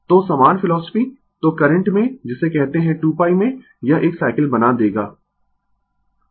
तो समान फिलोसफी तो करंट में जिसे कहते है 2π में यह एक साइकिल बना देगा